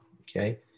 Okay